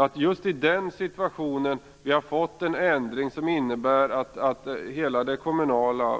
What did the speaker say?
Att vi i den situationen har fått en ändring som innebär att hela det kommunala